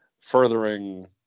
furthering